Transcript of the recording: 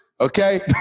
okay